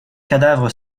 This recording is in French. cadavre